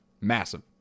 massive